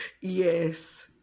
Yes